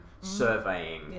surveying